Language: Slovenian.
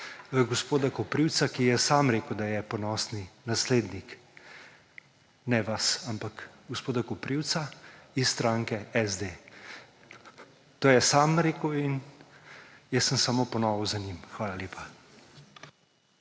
gospoda Koprivca, ki je sam rekel, da je ponosni naslednik. Ne vas, ampak gospoda Koprivca iz stranke SD. To je sam rekel in jaz sem samo ponovil za njim. Hvala lepa.